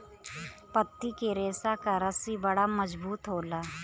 पत्ती के रेशा क रस्सी बड़ा मजबूत होला